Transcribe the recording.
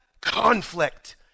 conflict